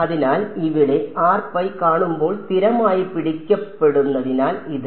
അതിനാൽ ഇവിടെ കാണുമ്പോൾ സ്ഥിരമായി പിടിക്കപ്പെടുന്നു അതിനാൽ ഇത്